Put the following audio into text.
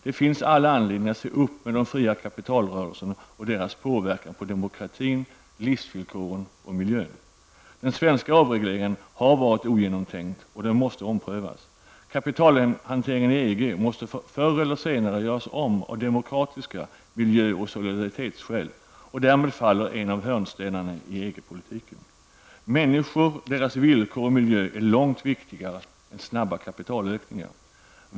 Det finns all anledning att se upp med de fria kapitalrörelserna och deras påverkan på demokratin, livsvillkoren och miljön. Den svenska avregleringen har varit ogenomtänkt, och den måste omprövas. Kapitalhanteringen i EG måste förr eller senare göras om av demokratiska skäl, miljö och solidaritetsskäl, och därmed faller en av hörnstenarna i EG-politiken. Människor, deras livsvillkor och miljö är långt viktigare än snabba kapitalökningar.